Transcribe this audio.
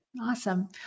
Awesome